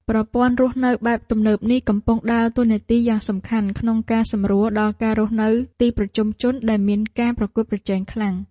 ប្រព័ន្ធរស់នៅបែបទំនើបនេះកំពុងដើរតួនាទីយ៉ាងសំខាន់ក្នុងការសម្រួលដល់ការរស់នៅទីប្រជុំជនដែលមានការប្រកួតប្រជែងខ្លាំង។